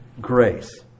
grace